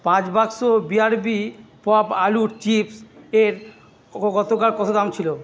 পাঁচ বাক্স BRB pop আলুর চিপস এর গতকাল কত দাম ছিল